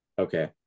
okay